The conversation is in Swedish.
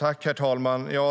Herr talman!